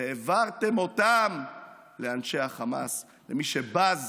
והעברתם אותו לאנשי החמאס, למי שבז